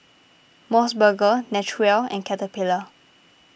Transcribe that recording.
Mos Burger Naturel and Caterpillar